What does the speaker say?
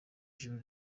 ijuru